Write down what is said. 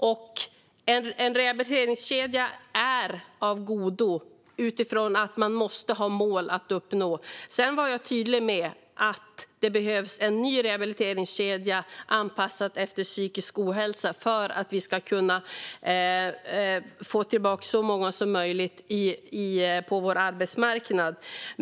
En rehabiliteringskedja är av godo, utifrån att man måste ha mål att uppnå. Sedan var jag tydlig med att det behövs en ny rehabiliteringskedja, anpassad efter psykisk ohälsa, för att vi ska kunna få tillbaka så många som möjligt på vår arbetsmarknad.